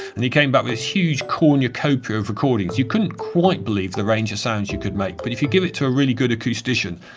and he came back with this huge cornucopia of recordings, you couldn't quite believe the range of sounds you could make but if you give it to a really good acoustician,